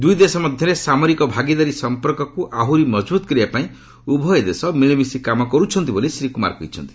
ଦୁଇଦେଶ ମଧ୍ୟରେ ସାମରିକ ଭାଗିଦାରୀ ସଂପର୍କକୁ ଆହୁରି ମଜବୁତ କରିବା ପାଇଁ ଉଭୟ ଦେଶ ମିଳିମିଶି କାମ କରୁଛନ୍ତି ବୋଲି ଶ୍ରୀ କୁମାର କହିଛନ୍ତି